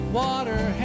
water